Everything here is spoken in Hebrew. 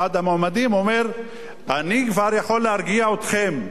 אחד המועמדים אומר: אני כבר יכול להרגיע אתכם,